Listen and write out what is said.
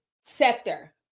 Sector